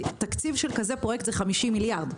תקציב של פרויקט כזה הוא 50 מיליארד.